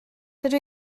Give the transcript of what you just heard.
dydw